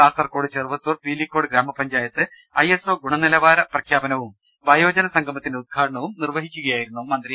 Kasaragod Cheruvathur Pilicode ഗ്രാമപഞ്ചായത്ത് I S O ഗുണനിലവാര പ്രഖ്യാപനവും വയോജന സംഗമത്തിന്റെ ഉദ്ഘാടനവും നിർവഹിക്കുകയായിരുന്നു മന്ത്രി